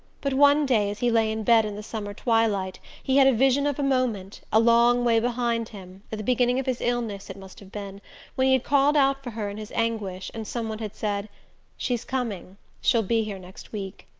but one day, as he lay in bed in the summer twilight, he had a vision of a moment, a long way behind him at the beginning of his illness, it must have been when he had called out for her in his anguish, and some one had said she's coming she'll be here next week.